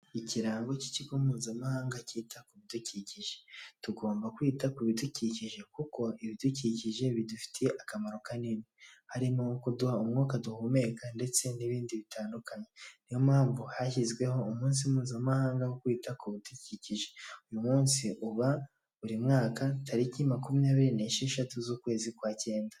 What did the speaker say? Ikirango cy'ikigo mpuzamahanga cyita ku bidukikije tugomba kwita ku bidukikije kuko ibidukikije bidufitiye akamaro kanini harimo kuduha umwuka duhumeka ndetse n'ibindi bitandukanye, niyo mpamvu hashyizweho umunsi mpuzamahanga wo kwita ku budukikije, uyu umunsi uba buri mwaka tariki makumyabiri n'esheshatu z'ukwezi kwa cyenda.